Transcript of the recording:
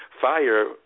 fire